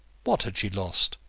what had she lost?